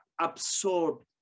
absorbed